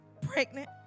pregnant